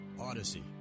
Odyssey